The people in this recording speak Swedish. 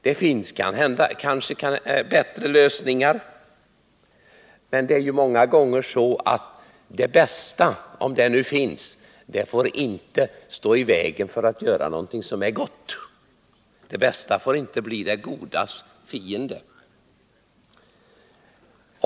Det finns kanske bättre lösningar, men många gånger är det så att det bästa, om det nu finns, inte får stå i vägen för det goda. Det bästa får inte bli det godas fiende.